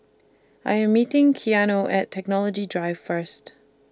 I Am meeting Keanu At Technology Drive First